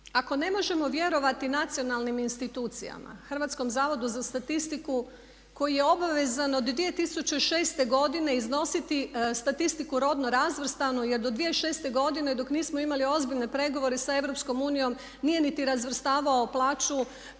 Ako ne možemo vjerovati nacionalnim institucijama, Hrvatskom zavodu za statistiku koji je obavezan od 2006. godine iznositi statistiku rodno razvrstanu, jer do 2006. godine dok nismo imali ozbiljne pregovore sa EU nije niti razvrstavao plaću